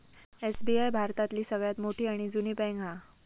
SBI भारतातली सगळ्यात मोठी आणि जुनी बॅन्क हा